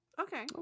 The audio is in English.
okay